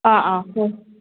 ꯑꯥ ꯑꯥ ꯍꯣꯏ